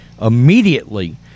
immediately